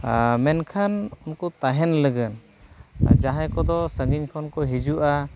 ᱢᱮᱱᱠᱷᱟᱱ ᱩᱱᱠᱩ ᱛᱟᱦᱮᱱ ᱞᱟᱹᱜᱤᱫ ᱡᱟᱦᱟᱸᱭ ᱠᱚᱫᱚ ᱥᱟᱺᱜᱤᱧ ᱠᱷᱚᱱ ᱠᱚ ᱦᱤᱡᱩᱜᱼᱟ